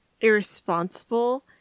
irresponsible